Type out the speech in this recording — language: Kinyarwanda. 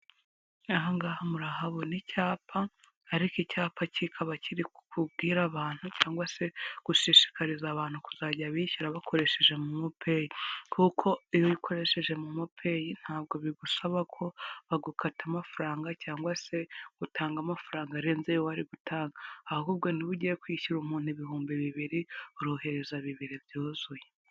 Aha ngaha murahabona icyapa, ariko icyapa kikaba kiri kubwira abantu cyangwa se gushishikariza abantu kuzajya bishyura bakoresheje momo peyi, kuko iyo ukoresheje momo peyi ntabwo bigusaba ko bagukata amafaranga cyangwa se utanga amafaranga arenze ayo wari gutanga, ahubwo niba ugiye kwishyura umuntu ibihumbi bibiri, urohereza bibiri byuzuye.